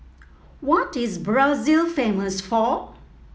what is Brazil famous for